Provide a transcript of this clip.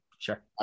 Sure